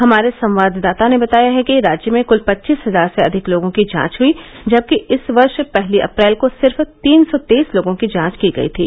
हमारे संवाददाता ने बताया है कि राज्य में क्ल पच्चीस हजार से अधिक लोगों की जांच हुई जबकि इस वर्ष पहली अप्रैल को सिर्फ तीन सौ तेईस लोगों की जांच की गई थी